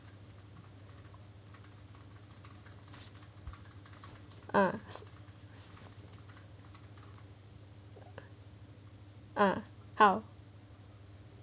uh uh how